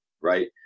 right